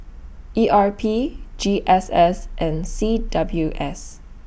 E R P G S S and C W S